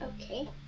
Okay